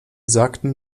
sagten